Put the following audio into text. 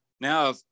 now